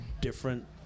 different